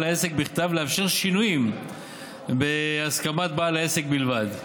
עסק בכתב ולאפשר שינויים בהסכמת בעל העסק בלבד.